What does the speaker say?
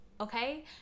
okay